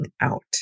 out